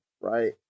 right